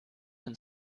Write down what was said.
and